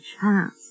chance